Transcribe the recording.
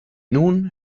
nun